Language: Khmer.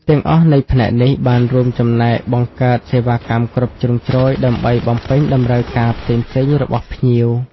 ទាំងអស់នៃផ្នែកនេះបានរួមចំណែកបង្កើតសេវាកម្មគ្រប់ជ្រុងជ្រោយដើម្បីបំពេញតម្រូវការផ្សេងៗរបស់ភ្ញៀវ។